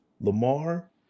Lamar